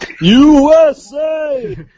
USA